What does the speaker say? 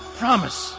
promise